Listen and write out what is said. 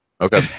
Okay